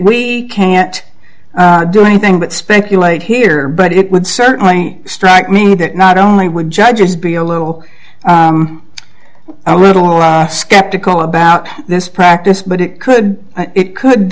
we can't do anything but speculate here but it would certainly strike me that not only would judges be a little i would a little skeptical about this practice but it could it could